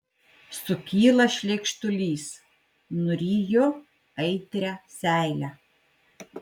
sukyla šleikštulys nuryju aitrią seilę